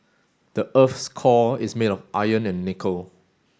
the earth's core is made of iron and nickel